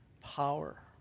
power